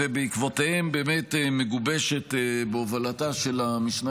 ובעקבותיהן מגובשת בהובלתה של המשנה